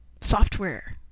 software